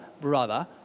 brother